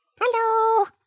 Hello